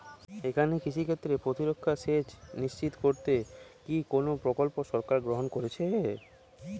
এখানে কৃষিক্ষেত্রে প্রতিরক্ষামূলক সেচ নিশ্চিত করতে কি কোনো প্রকল্প সরকার গ্রহন করেছে?